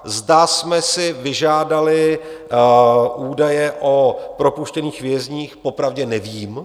Zda jsme si vyžádali údaje o propuštěných vězních popravdě nevím.